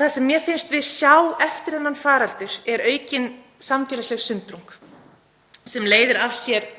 Það sem mér finnst við sjá eftir þennan faraldur er aukin samfélagsleg sundrung sem leiðir af sér